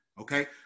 Okay